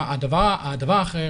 הדבר האחר